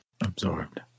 Absorbed